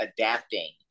adapting